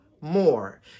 more